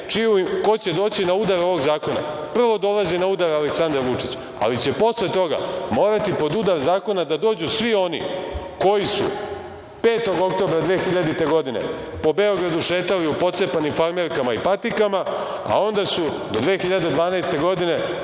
pitanje ko će doći na udar ovog zakona, prvo dolazi na udar Aleksandar Vučić, ali će posle toga morati pod udar zakona da dođu svi oni koji su 5. oktobra 2000. godine po Beogradu šetali u pocepanim farmerkama i patikama, a onda su do 2012. godine